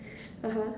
(uh huh)